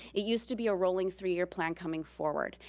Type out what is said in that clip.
it used to be a rolling three-year plan coming forward.